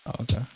Okay